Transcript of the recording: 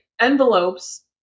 envelopes